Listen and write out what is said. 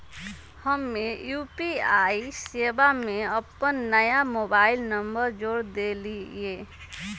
हम्मे यू.पी.आई सेवा में अपन नया मोबाइल नंबर जोड़ देलीयी